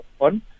on